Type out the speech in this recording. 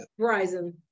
Verizon